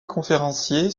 conférencier